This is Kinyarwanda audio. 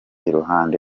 iruhande